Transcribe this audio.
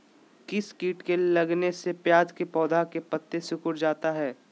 किस किट के लगने से प्याज के पौधे के पत्ते सिकुड़ जाता है?